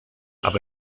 aber